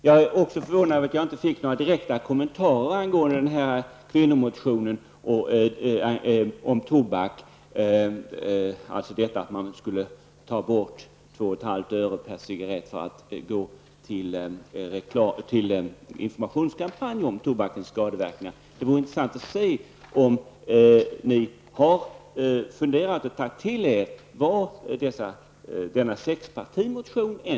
Jag är också förvånad över att jag inte fick några direkta kommentarer till ''kvinnomotionen'' om tobak. Förslaget innebär att man skulle ta bort 2,5 öre per cigarett vilket skulle gå till en informationskampanj om tobakens skadeverkningar. Det vore intressant att höra om ni har funderat över och tagit till er det som har uttalats i denna sexpartimotion.